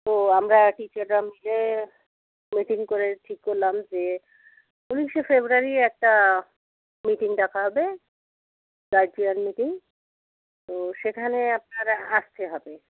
তো আমরা টিচাররা মিলে মিটিং করে ঠিক করলাম যে উনিশে ফেব্রুয়ারি একটা মিটিং ডাকা হবে গার্জিয়ান মিটিং তো সেখানে আপনারা আসতে হবে